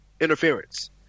interference